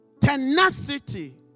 tenacity